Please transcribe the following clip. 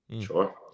Sure